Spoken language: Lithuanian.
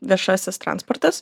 viešasis transportas